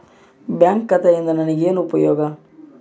Bank ಖಾತೆಯಿಂದ ನನಗೆ ಏನು ಉಪಯೋಗ?